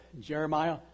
Jeremiah